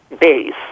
base